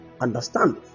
Understand